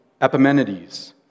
Epimenides